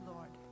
Lord